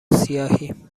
سیاهی